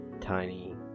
tiny